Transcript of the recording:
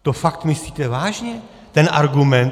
To fakt myslíte vážně, ten argument?